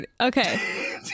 Okay